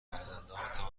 فرزندانتان